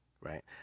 right